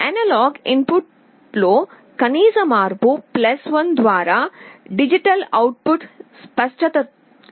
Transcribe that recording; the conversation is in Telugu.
అనలాగ్ ఇన్పుట్లో కనీస మార్పు 1 ద్వారా డిజిటల్ అవుట్పుట్ స్పష్టత లో మార్పు వస్తుంది